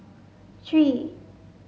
three